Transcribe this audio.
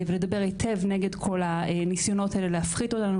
ולדבר היטב נגד כל הניסיונות האלה להפחית אותנו.